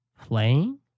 playing